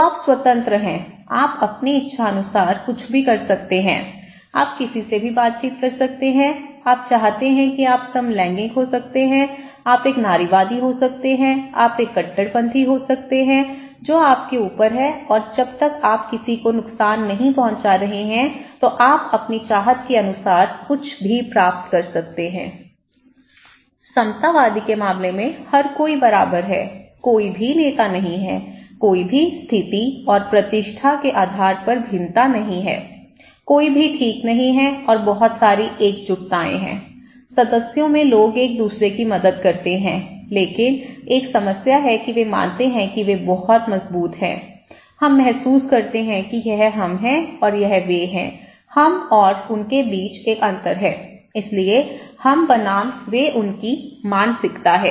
तो आप स्वतंत्र हैं आप अपनी इच्छानुसार कुछ भी कर सकते हैं आप किसी से भी बातचीत कर सकते हैं आप चाहते हैं कि आप समलैंगिक हो सकते हैं आप एक नारीवादी हो सकते हैं आप एक कट्टरपंथी हो सकते हैं जो आपके ऊपर है और जब तक आप किसी को नुकसान नहीं पहुंचा रहे हैं तोआप अपनी चाहत के अनुसार कुछ भी प्राप्त कर सकते हो समतावादी के मामले में हर कोई बराबर है कोई भी नेता नहीं है कोई भी स्थिति और प्रतिष्ठा के आधार पर भिन्नता नहीं है कोई भी ठीक नहीं है और बहुत सारी एकजुटताएं हैं सदस्यों में लोग एक दूसरे की मदद करते हैं लेकिन एक समस्या है कि वे मानते हैं कि वह बहुत मजबूत है हम महसूस करते हैं कि यह हम हैं और यह वे है हम और उनके बीच एक अंतर है इसलिए हम बनाम वे उनकी मानसिकता है